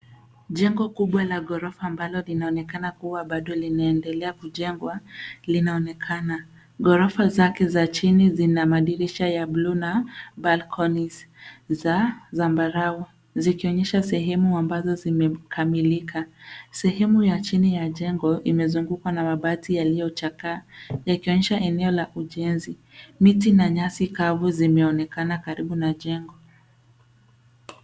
Jengo kubwa la ghorofa ambalo linaonekana kuwa bado linaendelea kujengwa linaonekana ,ghorofa zake za chini zina madirisha ya buluu na balconies za zambarau zikionyesha sehemu ambazo zimekamilika, sehemu ya chini ya jengo imezungukwa na mabati yaliyochakaa ikionyesha eneo la ujenzi, miti na nyasi kavu zimeonekana karibu na jengo.